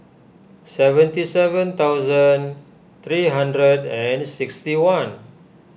seventy seven thousand three hundred and sixty one